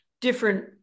different